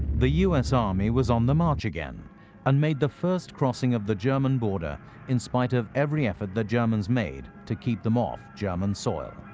the u s. army was on the march again and made the first crossing of the german border in spite of every effort the germans made to keep them off german soil.